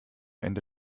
ende